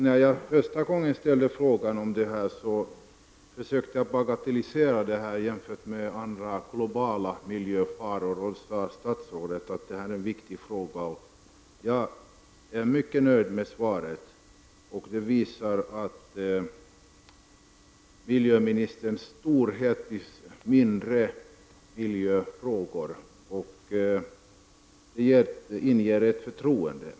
När jag första gången ställde frågan försökte jag bagatellisera den, jämfört med andra, globala miljöfaror, men då sade statsrådet att det var en viktig fråga. Jag är mycket nöjd med svaret. Det visar miljöministerns storhet i mindre miljöfrågor och det inger ett förtroende.